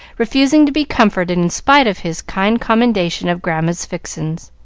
refusing to be comforted in spite of his kind commendation of grandma's fixins.